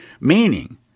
Meaning